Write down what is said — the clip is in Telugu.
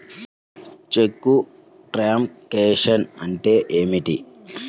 చెక్కు ట్రంకేషన్ అంటే ఏమిటి?